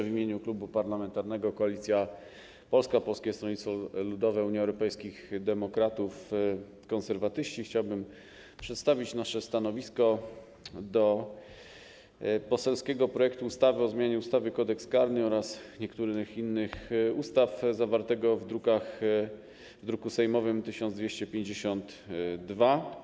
W imieniu Klubu Parlamentarnego Koalicja Polska - Polskie Stronnictwo Ludowe, Unia Europejskich Demokratów, Konserwatyści chciałbym przedstawić stanowisko dotyczące poselskiego projektu ustawy o zmianie ustawy - Kodeks karny oraz niektórych innych ustaw, zawartego w druku sejmowym nr 1252.